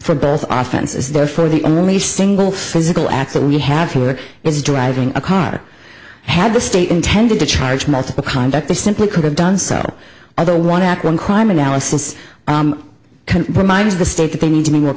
for both offices there for the only single physical act that we have here is driving a car had the state intended to charge multiple conduct they simply could have done so either one at one crime analysis reminds the state that they need to make more